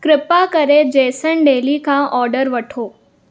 कृपा करे जेसन डेली खां ऑडर वठो